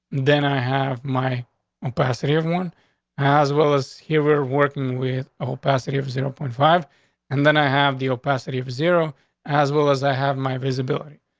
then i have my um capacity of one as well as here. we're working with a capacity of zero point five and then i have the opacity of zero as well as i have my visibility.